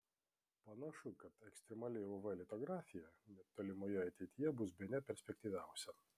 panašu kad ekstremali uv litografija netolimoje ateityje bus bene perspektyviausia